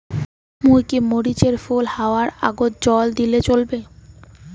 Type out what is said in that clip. মুই কি মরিচ এর ফুল হাওয়ার আগত জল দিলে চলবে?